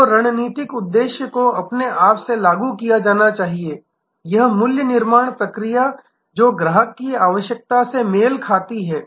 तो रणनीतिक उद्देश्य को अपने आप से लागू करना चाहिए यह मूल्य निर्माण प्रक्रिया जो ग्राहक की आवश्यकता से मेल खाती है